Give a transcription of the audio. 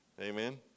Amen